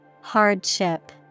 Hardship